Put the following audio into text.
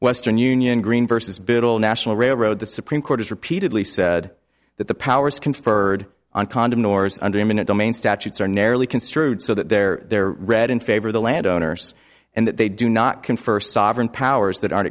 western union green versus bittle national railroad the supreme court has repeatedly said that the powers conferred on condom doors under eminent domain statutes are narrowly construed so that they're there read in favor of the landowners and that they do not confer sovereign powers that are